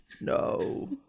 No